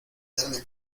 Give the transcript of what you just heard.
darme